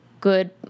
good